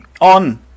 On